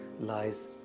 lies